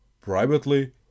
privately